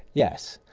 yes.